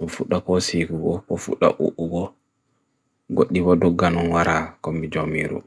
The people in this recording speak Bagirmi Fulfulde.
mo futla koosik ubo, po futla ubo, god diwa dogan onwara komi jaumiru.